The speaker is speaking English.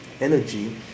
energy